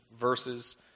verses